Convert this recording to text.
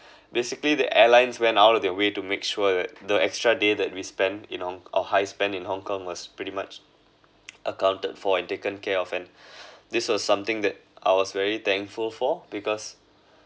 basically the airline's went out of their way to make sure that the extra day that we spend you know or high spend in Hong-Kong was pretty much accounted for and taken care of and this was something that I was very thankful for because